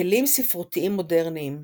בכלים ספרותיים מודרניים,